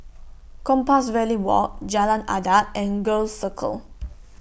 Compassvale Walk Jalan Adat and Gul Circle